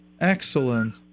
Excellent